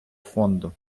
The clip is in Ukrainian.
фонду